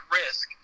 risk